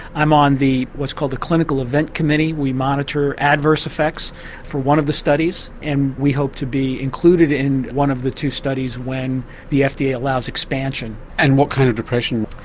i'm on what's called the clinical event committee, we monitor adverse effects for one of the studies and we hope to be included in one of the two studies when the fda allows expansion. and what kind of depression?